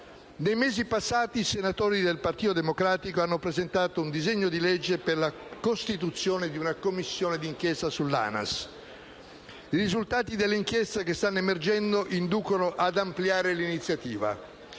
nei mesi passati i senatori del Partito Democratico hanno presentato un disegno di legge per la costituzione di una Commissione d'inchiesta sull'ANAS, ma i risultati delle inchieste che stanno emergendo inducono ad ampliare l'iniziativa.